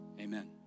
amen